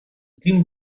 team